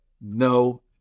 No